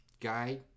guy